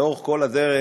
לאורך כל הדרך